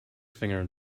finger